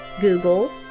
google